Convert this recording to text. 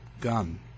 gun